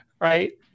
right